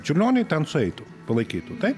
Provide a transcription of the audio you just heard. čiurlioniui ten sueitų palaikytų tai